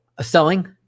Selling